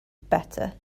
better